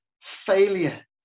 failure